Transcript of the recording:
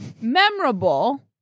memorable